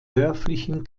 dörflichen